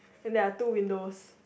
and there are two windows